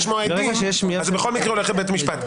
אם צריך לשמוע עדים זה בכל מקרה הולך לבית המשפט.